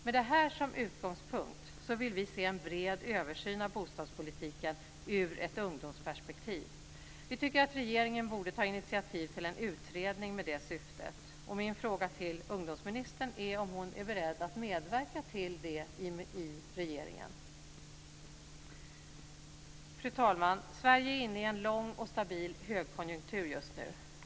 Med det här som utgångspunkt vill vi se en bred översyn av bostadspolitiken ur ett ungdomsperspektiv. Vi tycker att regeringen borde ta initiativ till en utredning med detta syfte. Min fråga till ungdomsministern är om hon är beredd att medverka till det i regeringen. Fru talman! Sverige är inne i en lång och stabil högkonjunktur just nu.